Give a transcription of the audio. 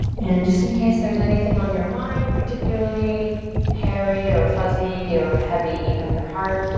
and just in case there's anything on your mind, particularly hairy or fuzzy or heavy on your heart,